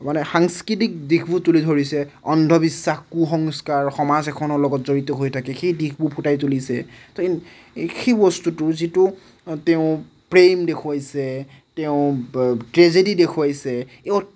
মানে সাংস্কৃতিক দিশবোৰ তুলি ধৰিছে অন্ধ বিশ্বাস কু সংস্কাৰ সমাজ এখনৰ লগত জড়িত হৈ থাকে সেই দিশবোৰ ফুটাই তুলিছে তো ইন সেই বস্তুটো যিটো তেওঁ প্ৰেম দেখুৱাইছে তেওঁ ট্ৰেজেদি দেখুৱাইছে এই